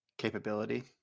Capability